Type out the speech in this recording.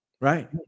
Right